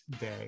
day